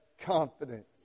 confidence